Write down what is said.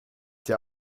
der